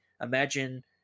imagine